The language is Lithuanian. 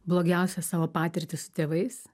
blogiausią savo patirtį su tėvais